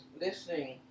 listening